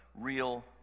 real